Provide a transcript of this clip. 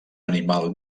animal